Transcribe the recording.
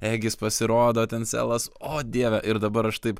egis pasirodo ten selas o dieve ir dabar aš taip